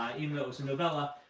ah even though it was a novella